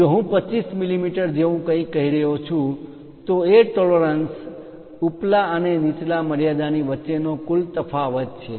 જો હું 25 મીમી જેવું કંઈક કહી રહ્યો છું તો એ ટોલેરન્સિસ પરિમાણ માં માન્ય તફાવત ઉપલા અને નીચલા મર્યાદા વચ્ચે નો કુલ તફાવત છે